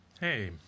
hey